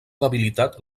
debilitat